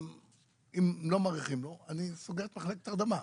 אם לא מאריכים לו הוא סוגר את מחלקת ההרדמה,